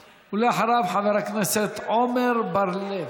ואחריו, חבר הכנסת עמר בר-לב.